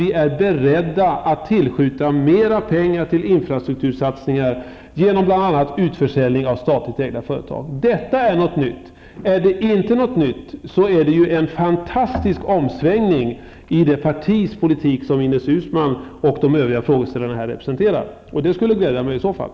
Vi är beredda att tillskjuta mera pengar till infrastruktursatsningar, bl.a. med hjälp av utförsäljning av statligt ägda företag. Detta är något nytt. Är det inte nytt, är det en fantastisk omsvängning i det partis politik som Ines Uusmann och de övriga frågeställarna här representerar. Det skulle i så fall glädja mig.